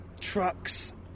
trucks